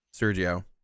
Sergio